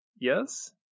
Yes